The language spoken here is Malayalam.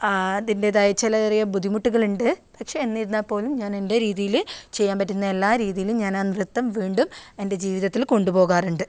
അതിൻ്റെതായ ചിലവേറിയ ബുദ്ധിമുട്ടുകൾ ഉണ്ട് പക്ഷേ എന്നിരുന്നാൽ പോലും ഞാൻ എൻ്റെ രീതിയിൽ ചെയ്യാൻ പറ്റുന്ന എല്ലാ രീതിയിലും ഞാനാ നൃത്തം വീണ്ടും എൻ്റെ ജീവിതത്തിൽ കൊണ്ടുപോകാറുണ്ട്